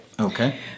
Okay